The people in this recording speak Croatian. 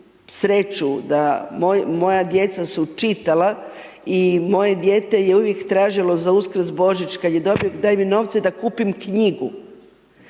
sreću da moja djeca su čitala i moje dijete je uvijek tražilo za Uskrs, Božić kad je dobio daj mi novce da kupim knjigu.